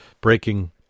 breaking